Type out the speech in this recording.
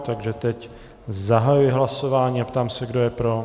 Takže teď zahajuji hlasování a ptám se, kdo je pro.